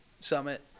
Summit